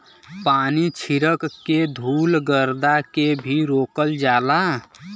पानी छीरक के धुल गरदा के भी रोकल जाला